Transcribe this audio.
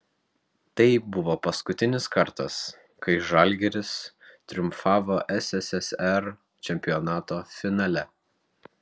tai buvo paskutinis kartas kai žalgiris triumfavo sssr čempionato finale